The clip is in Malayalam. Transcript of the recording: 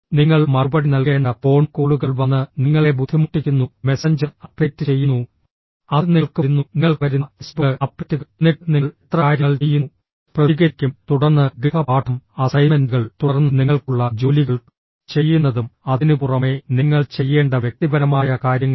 നിങ്ങൾ മറുപടി നൽകേണ്ട ഫോൺ കോളുകൾ വന്ന് നിങ്ങളെ ബുദ്ധിമുട്ടിക്കുന്നു മെസഞ്ചർ അപ്ഡേറ്റ് ചെയ്യുന്നു അത് നിങ്ങൾക്ക് വരുന്നു നിങ്ങൾക്ക് വരുന്ന ഫേസ്ബുക്ക് അപ്ഡേറ്റുകൾ എന്നിട്ട് നിങ്ങൾ എത്ര കാര്യങ്ങൾ ചെയ്യുന്നു പ്രതികരിക്കും തുടർന്ന് ഗൃഹപാഠം അസൈൻമെന്റുകൾ തുടർന്ന് നിങ്ങൾക്കുള്ള ജോലികൾ ചെയ്യുന്നതും അതിനുപുറമെ നിങ്ങൾ ചെയ്യേണ്ട വ്യക്തിപരമായ കാര്യങ്ങളും